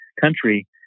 country